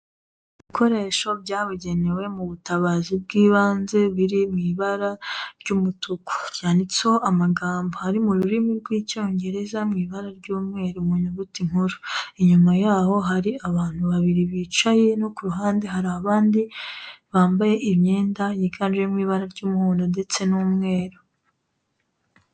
Ibikoresho byabugenewe mu butabazi bw'ibanze biri mu ibara ry'umutuku ryanditseho amagambo ari mu rurimi rw'icyongereza, mu ibara ry'umweru, mu nyuguti nkuru, inyuma yaho hari abantu babiri becaye no ku ruhande hari abandi bambaye imyenda yiganjemo ibara ry'umuhondo ndetse n'umweru.